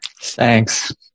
Thanks